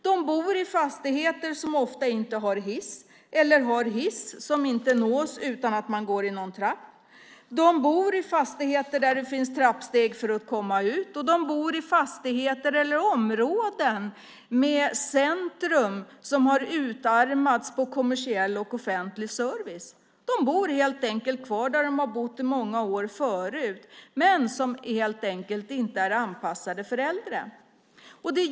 De bor i fastigheter som ofta inte har hiss eller som har en hiss som inte kan nås utan att gå i trappa. De bor i fastigheter där det finns trappsteg för att komma ut och i områden med centrum som har utarmats på kommersiell och offentlig service. De bor helt enkelt kvar där de har bott många år förut, men det är inte anpassat för äldre.